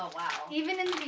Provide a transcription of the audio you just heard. ah wow. even in